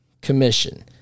Commission